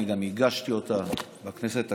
אני גם הגשתי אותה בכנסת הקודמת.